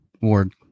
Ward